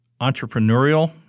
entrepreneurial